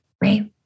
Right